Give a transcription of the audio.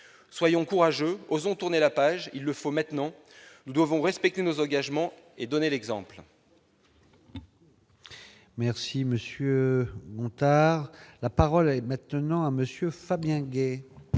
Soyons courageux ! Osons tourner la page ; il le faut maintenant. Nous devons respecter nos engagements et donner l'exemple. La parole est à M. Fabien Gay,